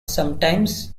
sometimes